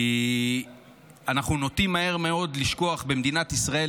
כי אנחנו נוטים מהר מאוד לשכוח במדינת ישראל,